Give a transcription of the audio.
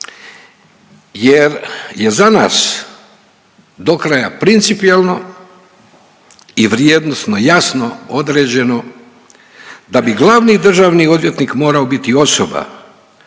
jer je za nas dokraja principijelno i vrijednosno jasno određeno da bi glavni državni odvjetnik morao biti osoba